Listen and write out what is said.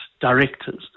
directors